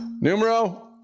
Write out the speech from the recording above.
Numero